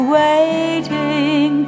waiting